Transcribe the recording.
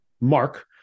Mark